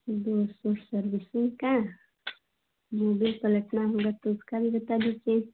दो सौ सर्विसिंग का मोबिल पलटना होगा तो उसका भी बता दीजिए